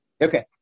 Okay